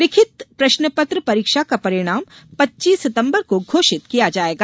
लिखित प्रश्नपत्र परीक्षा का परिणाम पच्चीस सितम्बर को घोषित किया जायेगा